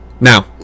Now